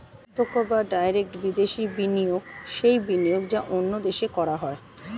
প্রত্যক্ষ বা ডাইরেক্ট বিদেশি বিনিয়োগ সেই বিনিয়োগ যা অন্য দেশে করা হয়